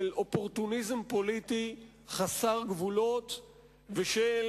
של אופורטוניזם פוליטי חסר גבולות ושל